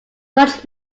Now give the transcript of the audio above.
such